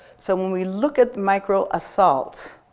so when we look at microassault,